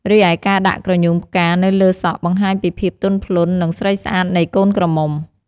រីឯការដាក់ក្រញូងផ្កានៅលើសក់បង្ហាញពីភាពទន់ភ្លន់និងស្រីស្អាតនៃកូនក្រមុំ។